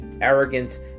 arrogant